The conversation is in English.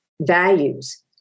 values